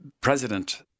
president